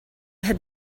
had